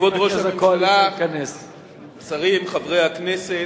כבוד ראש הממשלה, שרים, חברי הכנסת,